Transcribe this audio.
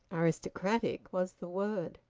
aristocratic was the word.